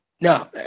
No